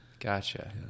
Gotcha